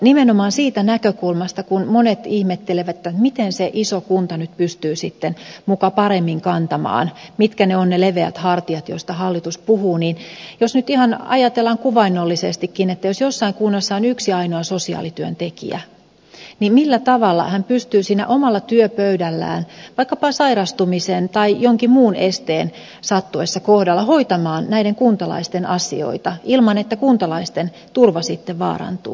nimenomaan siitä näkökulmasta kun monet ihmettelevät miten se iso kunta nyt pystyy sitten muka paremmin kantamaan mitkä ovat ne leveät hartiat joista hallitus puhuu niin jos nyt ihan ajatellaan kuvaannollisestikin että jossain kunnassa on yksi ainoa sosiaalityöntekijä niin millä tavalla hän pystyy siinä omalla työpöydällään vaikkapa sairastumisen tai jonkin muun esteen sattuessa kohdalle hoitamaan näiden kuntalaisten asioita ilman että kuntalaisten turva sitten vaarantuu